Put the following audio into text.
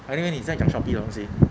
anyway 你在讲 Shopee 的东西